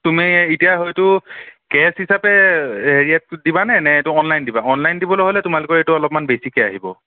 তুমি এতিয়া হয়তো কেছ হিচাপে হেৰিয়াত দিবানে নে এইটো অনলাইন দিবা অনলাইন দিবলৈ হ'লে তোমালোকৰ এইটো অলপমান বেছিকৈ আহিব